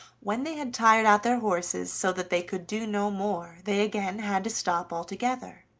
when they had tired out their horses, so that they could do no more, they again had to stop altogether.